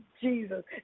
Jesus